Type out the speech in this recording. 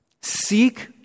seek